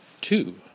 two